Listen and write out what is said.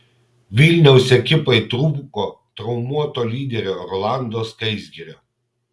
vilniaus ekipai trūko traumuoto lyderio rolando skaisgirio